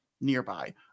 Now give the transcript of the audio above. nearby